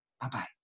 Bye-bye